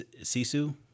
Sisu